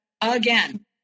again